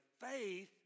Faith